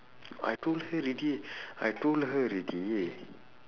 I told her already I told her already